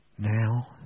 now